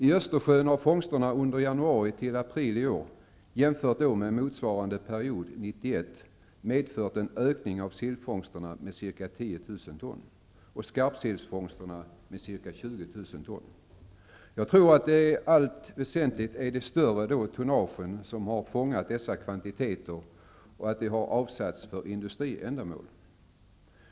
I Östersjön har fångsterna under januari till april i år, jämfört med motsvarande period 1991, medfört en ökning av sillfångsterna med ca 10 000 ton och skarpsillfångsterna med ca 20 000 ton. Jag tror att det i allt väsentligt är det större tonnaget som har fångat dessa kvantiteter och att de har avsatts för industriändamål.